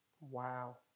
Wow